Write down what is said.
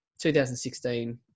2016